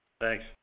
Thanks